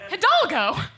Hidalgo